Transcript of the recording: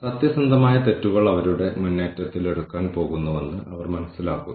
ഉടമസ്ഥാവകാശവും ഉത്തരവാദിത്തവും ഇല്ലെന്ന് അവർ കരുതുന്നു